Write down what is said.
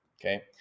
okay